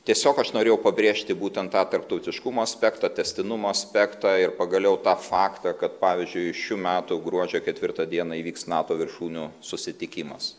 tiesiog aš norėjau pabrėžti būtent tą tarptautiškumo aspektą tęstinumo aspektą ir pagaliau tą faktą kad pavyzdžiui šių metų gruodžio ketvirtą dieną įvyks nato viršūnių susitikimas